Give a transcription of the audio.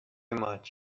much